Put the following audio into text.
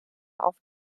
auf